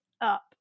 up